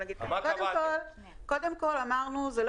מה קבעתם?